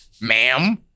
Ma'am